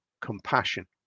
compassion